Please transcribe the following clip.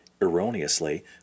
erroneously